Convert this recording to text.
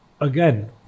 again